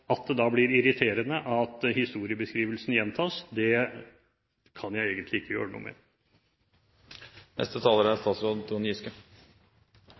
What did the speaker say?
At det da blir irriterende at historiebeskrivelsen gjentas, kan jeg egentlig ikke gjøre noe